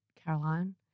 Caroline